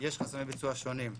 יש חסמי ביצוע שונים.